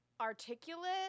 articulate